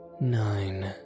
nine